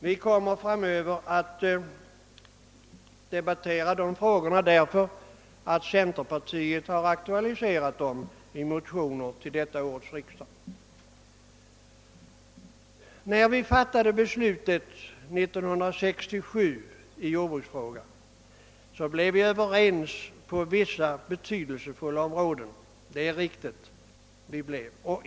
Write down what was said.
Vi kommer framöver att få debattera de frågorna, efter som centerpartiet har aktualiserat dem i motioner till årets riksdag. När vi fattade beslutet i jordbruksfrågan 1967 blev vi överens på vissa betydelsefulla punkter.